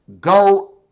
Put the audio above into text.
go